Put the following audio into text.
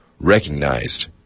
recognized